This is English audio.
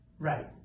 Right